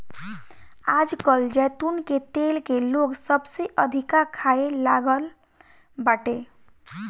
आजकल जैतून के तेल के लोग सबसे अधिका खाए लागल बाटे